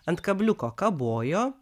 ant kabliuko kabojo